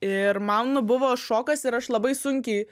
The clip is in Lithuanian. ir man nu buvo šokas ir aš labai sunkiai